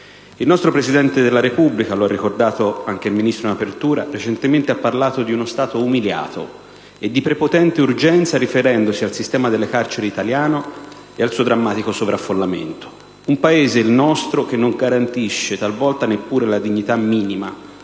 Il nostro Presidente della Repubblica, lo ha ricordato anche il Ministro nel suo intervento iniziale, recentemente ha parlato di uno Stato umiliato e di prepotente urgenza, riferendosi al sistema delle carceri italiano e al suo drammatico sovraffollamento. Un Paese - il nostro - che non garantisce talvolta neppure la dignità minima